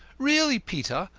really, peter,